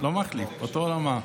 לא מחליף, באותה רמה.